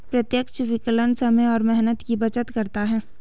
प्रत्यक्ष विकलन समय और मेहनत की बचत करता है